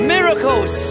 Miracles